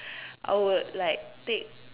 I would like take